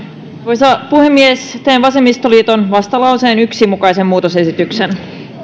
arvoisa puhemies teen vasemmistoliiton vastalauseen yhden mukaisen muutosesityksen